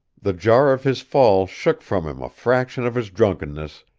the jar of his fall shook from him a fraction of his drunkenness,